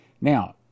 Now